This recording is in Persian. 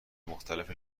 مختلف